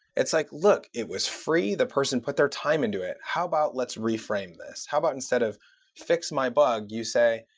it's like, look. look. it was free. the person put their time into it. how about let's reframe this? how about instead of fix my bug, you say,